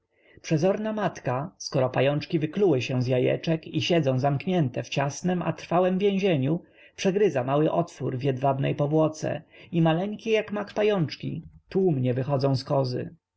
przezorna matka skoro pajączki wykluły się z jajeczek i siedzą zamknięte w ciasnem a trwałem więzieniu przegryza mały otwór w jedwabnej powłoce i maleńkie jak mak pajączki tłumnie wychodzą z kozy